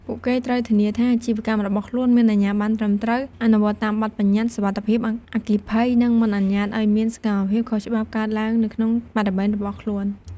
ពួកគេត្រូវធានាថាអាជីវកម្មរបស់ខ្លួនមានអាជ្ញាប័ណ្ណត្រឹមត្រូវ អនុវត្តតាមបទប្បញ្ញត្តិសុវត្ថិភាពអគ្គិភ័យ និងមិនអនុញ្ញាតឲ្យមានសកម្មភាពខុសច្បាប់កើតឡើងនៅក្នុងបរិវេណរបស់ខ្លួន។